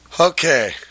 Okay